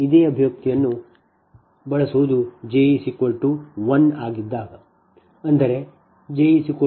ಇದೇ ಅಭಿವ್ಯಕ್ತಿಯನ್ನು ಬಳಸುವುದು j 1 ಆಗಿದ್ದಾಗ ಅಂದರೆ j 1 Z 21 0